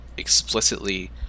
explicitly